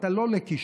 אתה לא לקישוט.